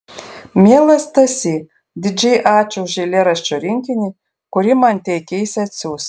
mielas stasy didžiai ačiū už eilėraščių rinkinį kurį man teikeisi atsiųsti